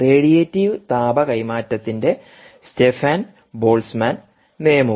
radiative താപ കൈമാറ്റത്തിന്റെ Stefan Boltzmann നിയമവും